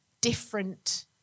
different